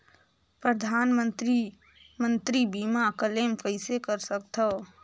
परधानमंतरी मंतरी बीमा क्लेम कइसे कर सकथव?